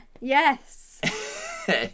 yes